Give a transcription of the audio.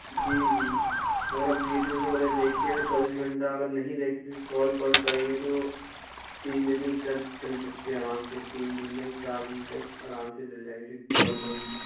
جی جی اگر آپ ویڈیوز وغیرہ بھی دیکھتے ہیں تو چوبیس گھنٹہ اگر نہیں دیکھتے صرف کال کال کریں گے تو تین دن چل چل سکتی ہے آرام سے تین دن تک چار دن تک آرام سے چل جائے گی صرف کال کال پہ